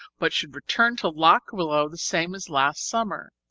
but should return to lock willow the same as last summer.